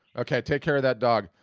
okay, take care of that dog.